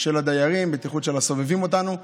של הדיירים, בטיחות של הסובבים אותנו.